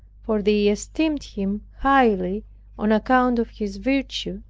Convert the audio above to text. for they esteemed him highly on account of his virtue,